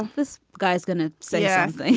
this guy's going to say, yeah,